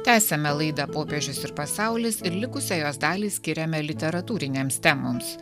tęsiame laidą popiežius ir pasaulis ir likusią jos dalį skiriame literatūrinėms temoms